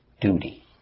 duty